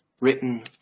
written